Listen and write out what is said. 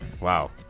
Wow